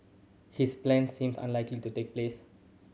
his plans seems unlikely to take place